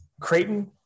Creighton